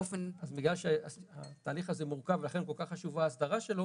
אז בגלל שהתהליך הזה מורכב ולכן כל כך חשובה ההסדרה שלו